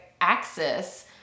axis